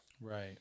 Right